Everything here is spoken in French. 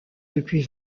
depuis